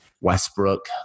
Westbrook